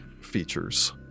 features